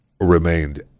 remained